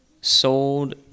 sold